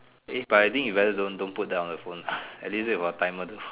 eh but I think you better don't don't put that on the phone at least wait for timer to